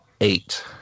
eight